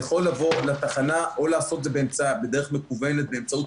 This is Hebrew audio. יכולים לבוא לתחנה או לעשות את זה בדרך מקוונת באמצעות